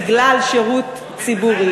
בגלל שירות ציבורי,